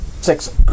Six